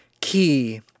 key